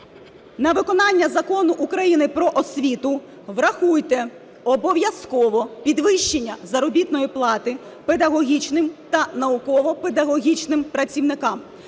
на виконання Закону України "Про освіту" врахуйте обов'язково підвищення заробітної плати педагогічним та науково-педагогічним працівникам.